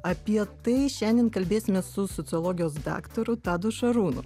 apie tai šiandien kalbėsimės su sociologijos daktaru tadu šarūnu